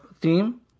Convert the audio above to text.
theme